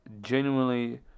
genuinely